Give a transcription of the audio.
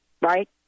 right